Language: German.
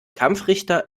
kampfrichter